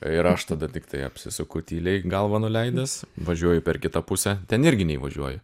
ir aš tada tiktai apsisuku tyliai galvą nuleidęs važiuoju per kitą pusę ten irgi neįvažiuoju